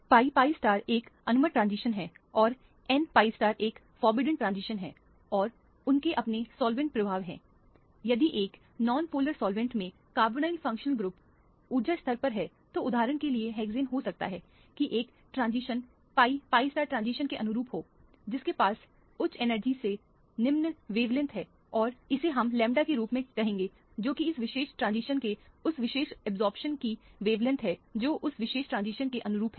Pi pi एक अनुमत transition है और n pi एक फोरबिडेन ट्रांजिशन है और उनके अपने सॉल्वेंट प्रभाव हैं यदि एक नॉन पोलर सॉल्वेंट में कार्बोनिल फंक्शनल ग्रुप ऊर्जा स्तर हैं तो उदाहरण के लिए हेक्सेन हो सकता है कि एक ट्रांजिशन pi pi ट्रांजिशन के अनुरूप हो जिसके पास उच्च एनर्जी से निम्न वैवलेंथ है और इसे हम लैंबडा के रूप में कहेंगे जो कि इस विशेष ट्रांजिशन के उस विशेष अब्जॉर्प्शन की वैवलेंथ है जो उस विशेष ट्रांजिशन के अनुरूप है